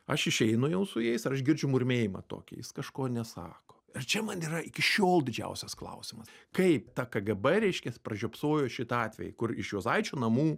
aš išeinu jau su jais ir aš girdžiu murmėjimą tokį kažko nesako ir čia man yra iki šiol didžiausias klausimas kaip takgb reiškias pražiopsojo šitą atvejį kur iš juozaičio namų